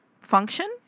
function